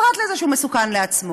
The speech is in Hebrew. פרט לזה שהוא מסוכן לעצמו?